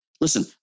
Listen